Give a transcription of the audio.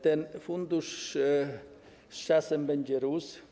Ten fundusz z czasem będzie rósł.